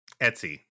Etsy